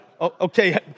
Okay